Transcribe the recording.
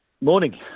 morning